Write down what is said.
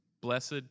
Blessed